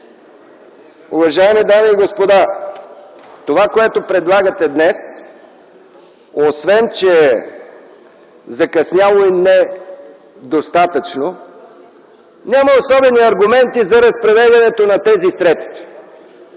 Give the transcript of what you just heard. Уважаеми дами и господа, това, което предлагате днес, освен, че е закъсняло и не е достатъчно. Няма особени аргументи за разпределянето на тези средства.